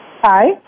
Hi